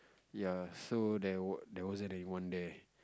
ya so there were there wasn't anyone there